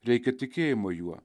reikia tikėjimo juo